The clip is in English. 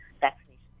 vaccination